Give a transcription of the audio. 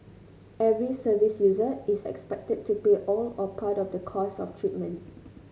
every service user is expected to pay all or part of the costs of treatment